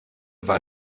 war